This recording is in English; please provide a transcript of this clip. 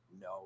no